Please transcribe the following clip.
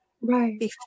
right